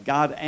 God